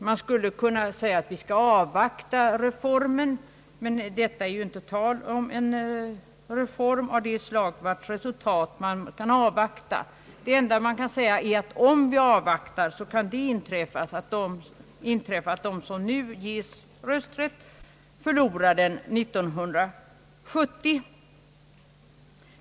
Här gäller det ju att inte en reform av sådant slag vars resultat man bör avvakta — det enda man kan säga är att om vi avvaktar så kan det inträffa att de, som nu ges rösträtt, förlorar den 1970.